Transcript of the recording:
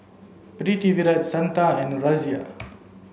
Pritiviraj Santha and Razia